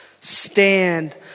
Stand